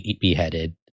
beheaded